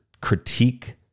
critique